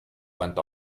went